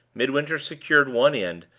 midwinter secured one end,